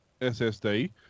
SSD